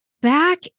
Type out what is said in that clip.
back